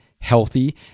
healthy